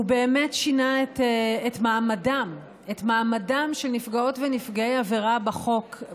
הוא באמת שינה את מעמדם של נפגעות ונפגעי עבירה בחוק,